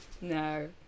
No